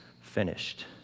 finished